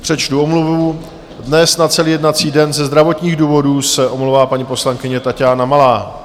Přečtu omluvu: dnes na celý jednací den ze zdravotních důvodů se omlouvá paní poslankyně Taťána Malá.